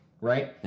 right